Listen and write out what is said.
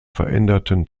veränderten